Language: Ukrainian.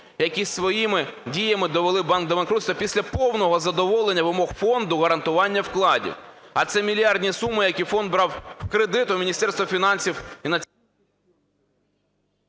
які своїми діями довели банк до банкрутства, після повного задоволення вимог Фонду гарантування вкладів. А це мільярдні суми, які фонд брав в кредит у Міністерства фінансів і..